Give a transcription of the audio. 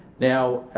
now